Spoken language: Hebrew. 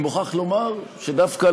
אני מוכרח לומר שדווקא,